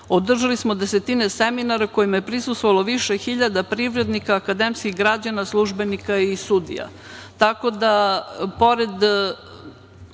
održali smo desetine seminara kojima je prisustvovalo više hiljada privrednika, akademskih građana, službenika i sudija. Tako